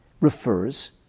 refers